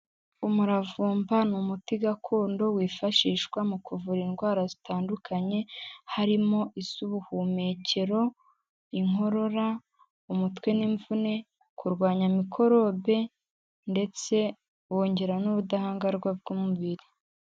Umuravumba ni umuti gakondo wifashishwa mu kuvura indwara zitandukanye, harimo iz'ubuhumekero, inkorora, umutwe n'imvune, kurwanya mikorobe ndetse wongera n'ubudahangarwa bw'umubiri.